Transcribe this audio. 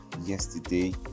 yesterday